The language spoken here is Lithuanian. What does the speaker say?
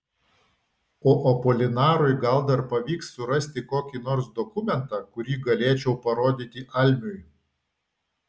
o apolinarui gal dar pavyks surasti kokį nors dokumentą kurį galėčiau parodyti almiui